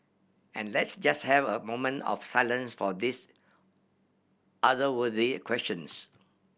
and let's just have a moment of silence for these otherworldly questions